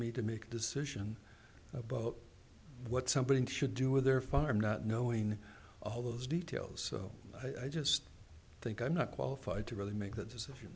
me to make a decision about what somebody should do with their farm not knowing all those details so i just think i'm not qualified to really make that decision